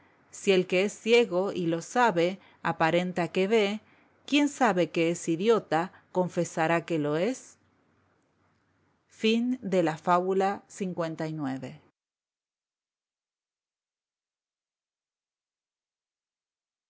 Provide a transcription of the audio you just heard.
si el que es ciego y lo sabe aparenta que ve quien sabe que es idiota confesará que lo es fábula lx